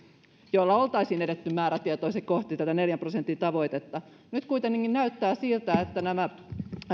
joilla oltaisiin edetty määrätietoisesti kohti tätä neljän prosentin tavoitetta nyt kuitenkin näyttää siltä että nämä